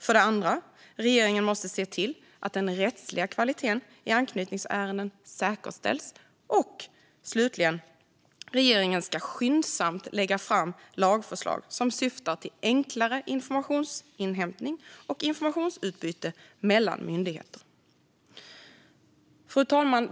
För det andra måste regeringen se till att den rättsliga kvaliteten i anknytningsärenden säkerställs, och för det tredje ska regeringen skyndsamt lägga fram lagförslag som syftar till enklare informationsinhämtning och informationsutbyte mellan myndigheter. Fru talman!